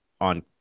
on